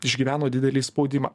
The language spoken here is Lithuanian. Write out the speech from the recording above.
išgyveno didelį spaudimą